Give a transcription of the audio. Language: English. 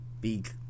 big